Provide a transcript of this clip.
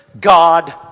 God